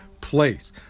place